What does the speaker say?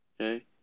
okay